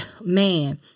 man